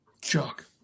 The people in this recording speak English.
Chuck